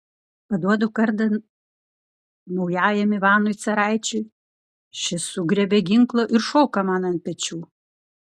paduodu kardą naujajam ivanui caraičiui šis sugriebia ginklą ir šoka man ant pečių